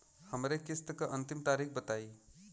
हमरे किस्त क अंतिम तारीख बताईं?